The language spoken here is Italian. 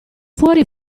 fuori